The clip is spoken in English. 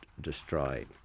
destroyed